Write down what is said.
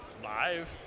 Live